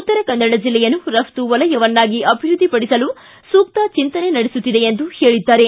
ಉತ್ತರ ಕನ್ನಡ ಜಿಲ್ಲೆಯನ್ನು ರಫ್ತು ವಲಯ ವನ್ನಾಗಿ ಅಭಿವೃದ್ಧಿಪಡಿಸಲು ಸೂಕ್ತ ಚಿಂತನೆ ನಡೆಸುತ್ತಿದೆ ಎಂದು ಹೇಳಿದ್ದಾರೆ